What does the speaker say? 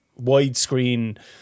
widescreen